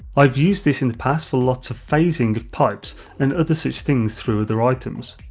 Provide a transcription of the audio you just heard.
i have used this in the past for lots of phasing of pipes and other such things through other items.